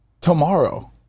tomorrow